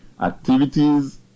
Activities